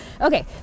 Okay